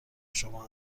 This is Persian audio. شما